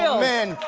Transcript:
yeah man.